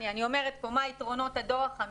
אני אומרת כאן מה יתרונות הדור החמישי.